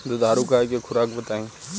दुधारू गाय के खुराक बताई?